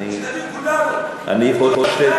לא לעשות משהו בכפייה,